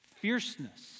fierceness